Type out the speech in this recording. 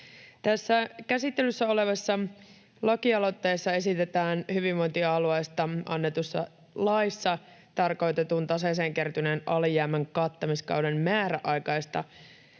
Tässä käsittelyssä olevassa lakialoitteessa esitetään hyvinvointialueesta annetussa laissa tarkoitetun taseeseen kertyneen alijäämän kattamiskauden määräaikaista